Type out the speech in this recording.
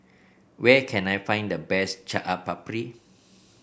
where can I find the best Chaat Papri